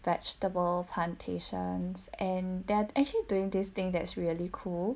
vegetable plantations and they're actually doing this thing that's really cool